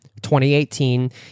2018